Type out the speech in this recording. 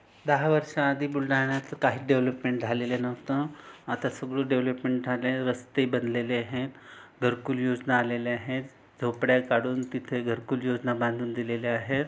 दहा वर्ष आधी बुलढाण्यात काही डेवलपमेंट झालेले नव्हतं आता सगळं डेवलपमेंट झालंय रस्ते बनलेले आहे घरकुल योजना आलेले आहे झोपड्या काढून तिथे घरकुल योजना बांधून दिलेले आहे